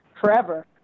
forever